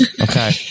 Okay